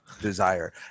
desire